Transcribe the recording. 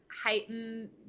heighten